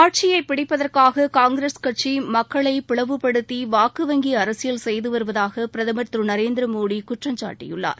ஆட்சியை பிடிப்பதற்காக காங்கிரஸ் கட்சி மக்களை பிளவுப்படுத்தி வாக்கு வங்கி அரசியல் செய்து வருவதாக பிரதமர் திரு நரேந்திர மோடி குற்றம் சாட்டியுள்ளார்